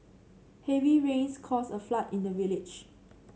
heavy rains caused a flood in the village